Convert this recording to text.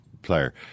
player